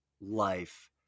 life